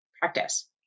practice